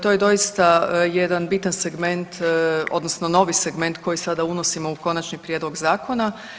To je doista jedan bitan segment odnosno novi segment koji sada unosimo u konačni prijedlog zakona.